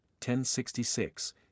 1066